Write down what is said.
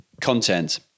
content